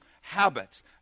habits